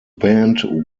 band